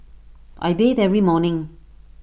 I bathe every morning